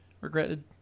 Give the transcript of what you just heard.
regretted